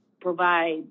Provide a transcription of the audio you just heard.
provide